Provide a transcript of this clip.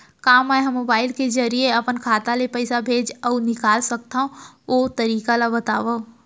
का मै ह मोबाइल के जरिए अपन खाता ले पइसा भेज अऊ निकाल सकथों, ओ तरीका ला बतावव?